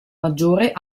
maggiore